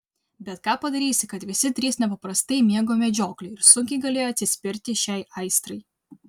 bet ką padarysi kad visi trys nepaprastai mėgo medžioklę ir sunkiai galėjo atsispirti šiai aistrai